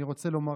אני רוצה לומר